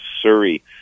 surrey